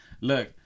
Look